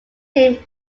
him